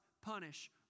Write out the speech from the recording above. punish